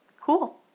Cool